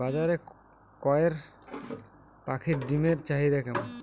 বাজারে কয়ের পাখীর ডিমের চাহিদা কেমন?